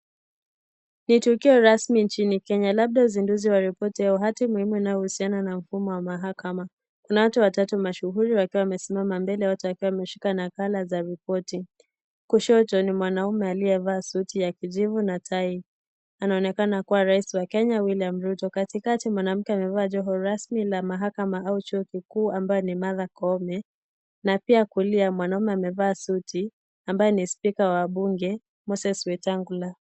Ni tukio rasmi nchini kenya labda uzinduzi wa ripoti ya uhati muhimu unaohusiana na mfumo wa mahakama. Kuna watu watatu mashuhuri wakiwa wamesimama mbele wote wakiwa wameshika nakala za ripoti. Kushoto ni mwanaume aliyevaa suti ya kijivu na tai , anaonekana kuwa rais wa Kenya William Ruto, katikati mwanamke amevaa joho rasmi cha mahakama au chuo kikuu ambaye ni Martha Koome na pia kulia mwanaume amevaa suti ambaye ni spika wa bunge Moses Wetangula.